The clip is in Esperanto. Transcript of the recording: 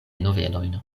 novelojn